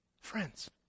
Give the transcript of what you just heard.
Friends